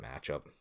matchup